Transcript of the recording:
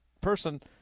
person